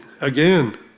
again